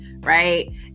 right